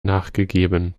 nachgegeben